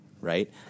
right